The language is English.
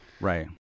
Right